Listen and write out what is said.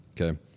okay